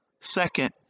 Second